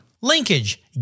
Linkage